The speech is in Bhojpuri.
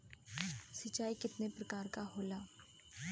सिंचाई केतना प्रकार के होला?